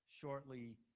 shortly